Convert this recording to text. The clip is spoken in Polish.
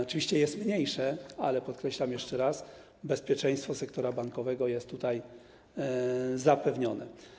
Oczywiście jest ono mniejsze, ale - podkreślam jeszcze raz - bezpieczeństwo sektora bankowego jest tutaj zapewnione.